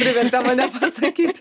privertė mane pasakyt